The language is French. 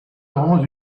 rend